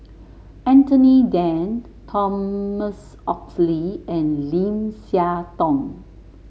Anthony Then Thomas Oxley and Lim Siah Tong